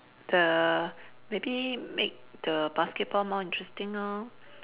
the maybe make the basketball more interesting lor